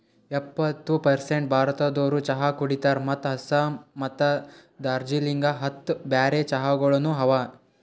ಎಪ್ಪತ್ತು ಪರ್ಸೇಂಟ್ ಭಾರತದೋರು ಚಹಾ ಕುಡಿತಾರ್ ಮತ್ತ ಆಸ್ಸಾಂ ಮತ್ತ ದಾರ್ಜಿಲಿಂಗ ಅಂತ್ ಬೇರೆ ಚಹಾಗೊಳನು ಅವಾ